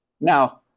Now